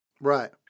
Right